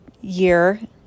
year